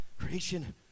Creation